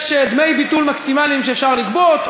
יש דמי ביטול מקסימליים שאפשר לגבות,